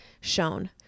shown